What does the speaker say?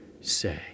say